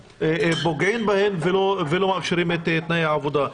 פוגעים בהם ולא מאפשרים את תנאי העבודה.